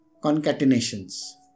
concatenations